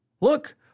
look